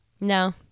no